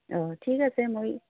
অঁ ঠিক আছে মই